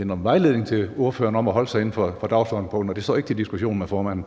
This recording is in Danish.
er en vejledning til ordføreren om at holde sig inden for dagsordenspunktet, og det står ikke til diskussion med formanden.